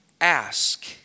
Ask